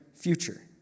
future